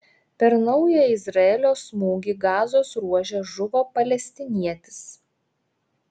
per naują izraelio smūgį gazos ruože žuvo palestinietis